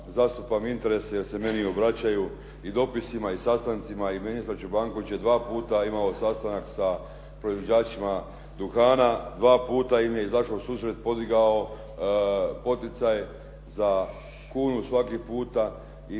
zastupam interese jer se meni obraćaju i dopisima i sastancima i ministar Čobanković je dva puta imao sastanak sa proizvođačima duhana, dva puta im je izašao u susret, podigao poticaj za kunu svaki puta